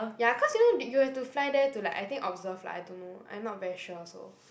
ya cause you know did you have to fly there to like I think observe lah I don't know I'm not very sure also